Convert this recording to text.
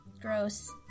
gross